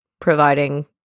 providing